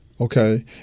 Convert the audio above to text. okay